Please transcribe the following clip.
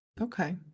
Okay